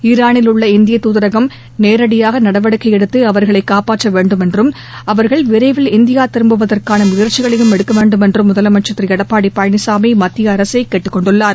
ஈரானில் உள்ள இந்திய தூதரகம் நேரடியாக நடவடிக்கை எடுத்து அவா்களை காப்பாற்ற வேண்டும் என்றும் அவர்கள் விரைவில் இந்தியா திருப்புவதற்கான முயற்சிகளையும் எடுக்க வேண்டும் என்றும் முதலமைக்கள் திரு எடப்பாடி பழனிசாமி மத்திய அரசை கேட்டுக் கொண்டுள்ளார்